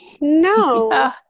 No